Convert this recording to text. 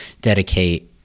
dedicate